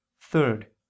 Third